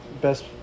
best